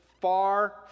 far